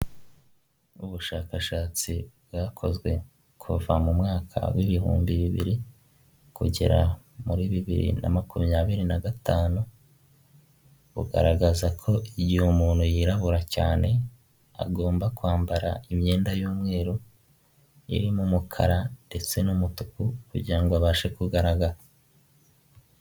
Umunara muremure cyane w'itumanaho uri mu mabara y'umutuku ndetse n'umweru bigaragara ko ari uwa eyateri hahagaze abatekinisiye bane bigaragara yuko bari gusobanurira aba bantu uko uyu munara ukoreshwa aha bantu bari gusobanurira bambaye amajire y'umutuku.